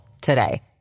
today